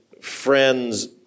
friends